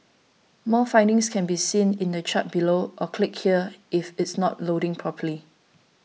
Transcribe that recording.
more findings can be seen in the chart below or click here if it's not loading properly